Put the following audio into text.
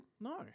No